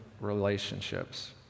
relationships